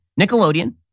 Nickelodeon